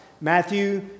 Matthew